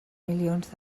milions